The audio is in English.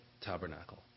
tabernacle